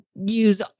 use